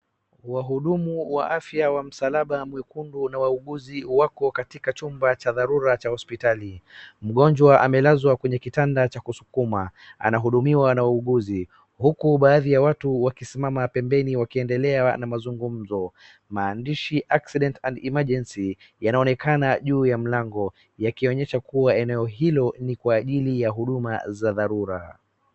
Wahudumu wa afya wa msabala mwekundu na wauguzi wako katika chumba cha dharura cha hospitali. Mgonjwa amelezwa kwenye kitanda cha kusukuma . Anahudumiwa na wauguzi, huku baadhi ya watu wakisimama pembeni wakiendelea mazungumzo maandishi accident emergency yanaonekana juu ya mlango yakionyesha eneo hilo kwa ajili za huduma dharura.